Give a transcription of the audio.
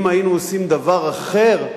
אם היינו עושים דבר אחר,